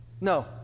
No